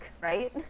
right